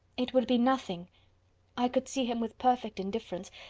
it would be nothing i could see him with perfect indifference,